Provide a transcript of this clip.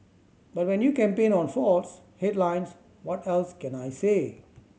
but when you campaign on faults headlines what else can I say